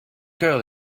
girl